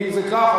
אם זה כך,